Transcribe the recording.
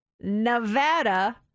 Nevada